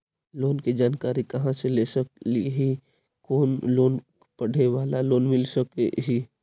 Loan की जानकारी कहा से ले सकली ही, कोन लोन पढ़े बाला को मिल सके ही?